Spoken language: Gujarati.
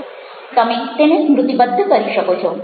તમે તેને સ્મ્રુતિબદ્ધ કરી શકો છો